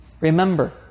Remember